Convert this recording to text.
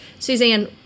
Suzanne